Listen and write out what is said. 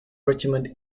richmond